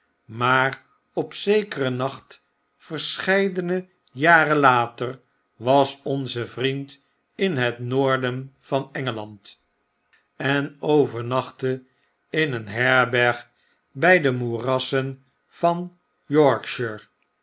maar op zekeren nacht verscheidene jaren later was onze vriend in het noorden van engeland en overnachtte in een herberg bij de moerassen van yorkshire